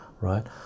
right